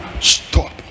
Stop